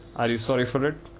are you sorry for it?